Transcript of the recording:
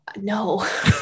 no